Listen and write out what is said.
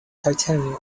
titanium